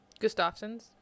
Gustafsons